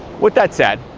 with that said.